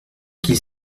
qu’ils